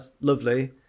lovely